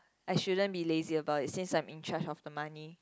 I shouldn't be lazy about it since I'm in charge of the money